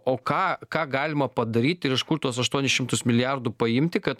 o ką ką galima padaryti ir iš kur tuos aštuonis šimtus milijardų paimti kad